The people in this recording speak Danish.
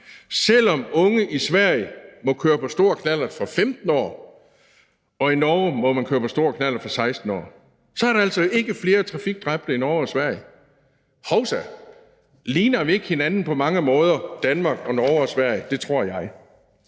selv om unge i Sverige må køre på stor knallert fra det 15. år; i Norge må man køre på stor knallert fra det 16. år. Der er altså ikke flere trafikdræbte i Norge og Sverige. Hovsa! Ligner vi ikke hinanden på mange måder i Danmark og Norge og Sverige? Det tror jeg.